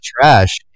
trash